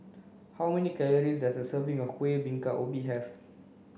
how many calories does a serving of kuih bingka ubi have